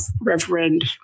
Reverend